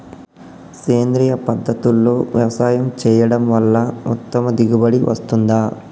సేంద్రీయ పద్ధతుల్లో వ్యవసాయం చేయడం వల్ల ఉత్తమ దిగుబడి వస్తుందా?